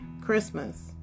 christmas